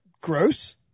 gross